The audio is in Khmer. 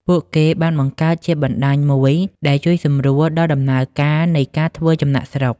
ពួកគេបានបង្កើតជាបណ្ដាញមួយដែលជួយសម្រួលដល់ដំណើរការនៃការធ្វើចំណាកស្រុក។